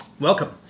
Welcome